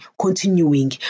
continuing